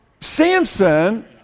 Samson